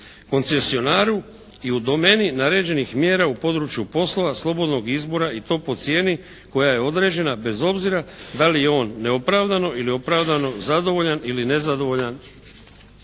koncesionaru i u domeni naređenih mjera u području poslova, slobodnog izbora i to po cijeni koja je određena bez obzira da li je on neopravdano ili opravdano zadovoljan ili nezadovoljan